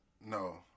No